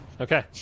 Okay